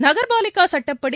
நகர்பாலிகாசட்டப்படி